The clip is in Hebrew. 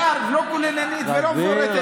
כשאין תוכנית מתאר לא כוללנית ולא מפורטת,